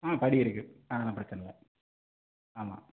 ஆ படி இருக்குது அதெல்லாம் பிரச்சின இல்லை ஆமாம்